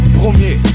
premier